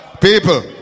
People